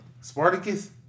Spartacus